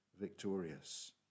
victorious